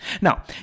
now